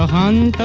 on